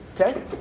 Okay